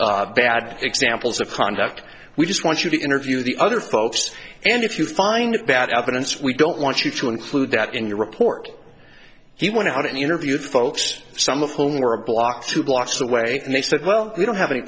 us bad examples of conduct we just want you to interview the other folks and if you find bad evidence we don't want you to include that in your report he went out and interviewed folks some of whom were a block two blocks away and they said well we don't have any